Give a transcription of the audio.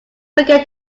forget